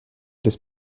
des